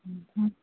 ಹ್ಞೂ